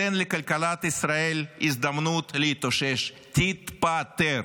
תן לכלכלת ישראל הזדמנות להתאושש, תתפטר.